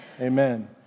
Amen